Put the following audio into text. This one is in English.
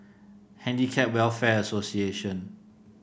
Handicap Welfare Association